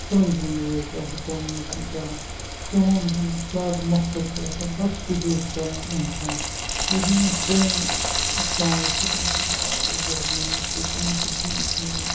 تٕرٛنٛگ تٕرٛنٛگٕے یٲژ آسان تِمَن منٛز تِم کَران تِمَن ہُنٛد زیادٕ مقصد چھِ آسان بَس سِڈوٗس کَرٕنۍ اِنسان لیکِن یِم پرٛٲنۍ سانٛگٕز چھِ تم چھِ واریاہ زیادٕ میٖنِنٛگ فُل تمَن چھِ ڈیٖپ میٖنِنٛگ